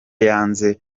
yanze